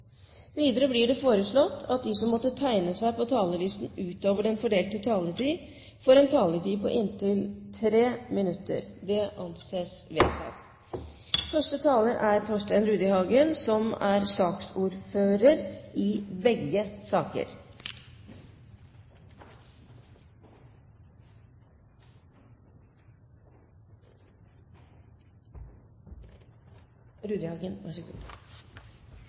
Videre blir det foreslått at de som måtte tegne seg på talerlisten utover den fordelte taletid, får en taletid på inntil 3 minutter. – Det anses vedtatt. Det er altså to innstillingar som er